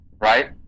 right